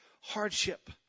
hardship